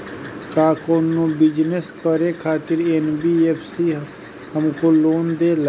का कौनो बिजनस करे खातिर एन.बी.एफ.सी हमके लोन देला?